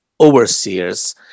overseers